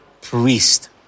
Priest